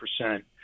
percent